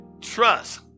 trust